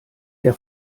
der